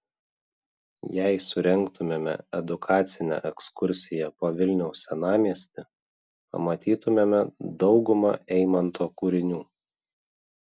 jei surengtumėme edukacinę ekskursiją po vilniaus senamiestį pamatytumėme daugumą eimanto kūrinių